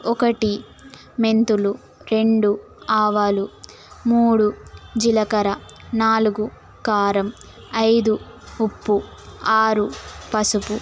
ఒకటి మెంతులు రెండు ఆవాలు మూడు జిలకర నాలుగు కారం ఐదు ఉప్పు ఆరు పసుపు